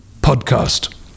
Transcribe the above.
podcast